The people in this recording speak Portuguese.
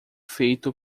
feito